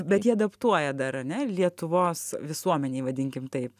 bet jį adaptuoja dar ane lietuvos visuomenei vadinkim taip